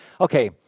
okay